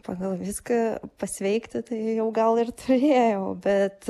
pagal viską pasveikti tai jau gal ir turėjau bet